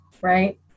right